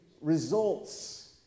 results